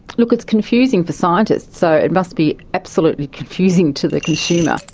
look, it's confusing for scientists, so it must be absolutely confusing to the consumer.